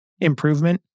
improvement